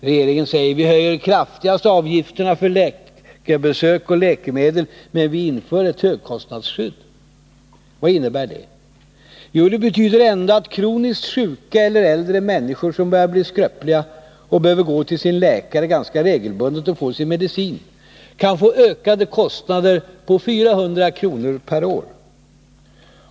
Regeringen säger: Vi höjer kraftigt avgifterna för läkarbesök och läkemedel, men vi inför ett högkostnadsskydd. Vad innebär det? Jo, det betyder ändå att kroniskt sjuka eller äldre människor som börjar bli skröpliga och behöver gå till sin läkare ganska regelbundet och få sin medicin, kan få ökade kostnader på 400 kr. på ett år.